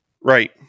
right